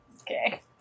Okay